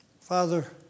Father